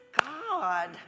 God